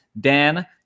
dan